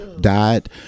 died